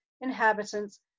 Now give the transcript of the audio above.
inhabitants